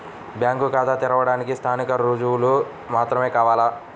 Bank ఖాతా తెరవడానికి స్థానిక రుజువులు మాత్రమే కావాలా?